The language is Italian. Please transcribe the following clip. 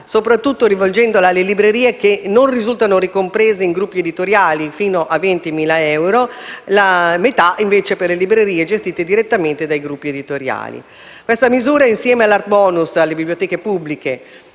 soprattutto alle librerie che non risultano ricomprese in gruppi editoriali (fino a 20.000 euro) e per metà alle librerie gestite direttamente dai gruppi editoriali. Queste misure, insieme all'*art bonus* alle biblioteche pubbliche,